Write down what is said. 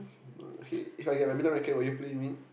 okay if I get badminton racket will you play with me